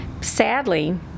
Sadly